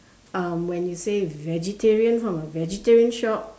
um when you say vegetarian from a vegetarian shop